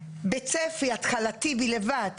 בצפי התחלתי בלבד ב-2050,